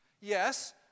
Yes